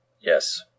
Yes